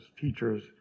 teachers